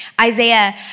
Isaiah